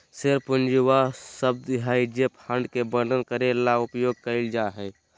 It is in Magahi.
शेयर पूंजी वह शब्द हइ जे फंड के वर्णन करे ले उपयोग कइल जा हइ